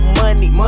money